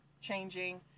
changing